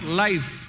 life